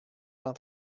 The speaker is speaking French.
vingt